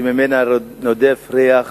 שממנה נודף ריח